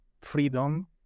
freedom